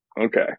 okay